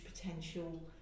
potential